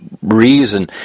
reason